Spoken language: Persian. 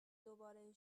دوباره